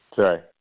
Sorry